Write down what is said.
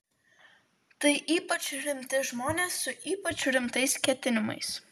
tai ypač rimti žmonės su ypač rimtais ketinimais